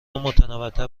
متنوعتر